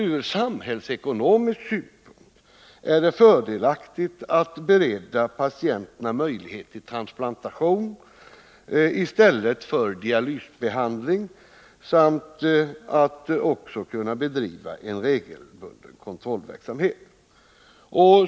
Men ur samhällsekonomisk synpunkt är det fördelaktigt att kunna bereda patienterna möjlighet till transplantation i stället för dialysbehandling samt att kunna bedriva regelbunden kontrollverksamhet.